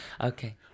okay